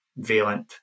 Valent